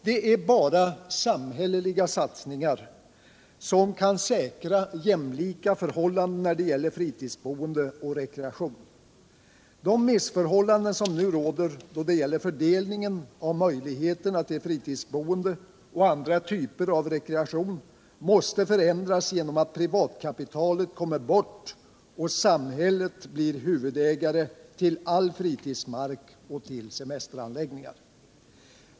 Det är bara samhälleliga satsningar som kan säkra jämlika förhållanden när det gäller fritidsboende och rekreation. De missförhållanden som nu råder då det gäller fördelningen av möjligheterna till fritidsboende och andra typer av rekreation måste förändras genom att privatkapitalet kommer bort och samhället blir huvudägare till all fritidsmark och till semesteranläggningar.